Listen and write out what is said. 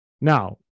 Now